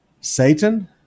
Satan